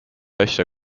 asja